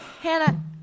Hannah